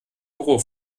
büro